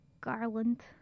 Garland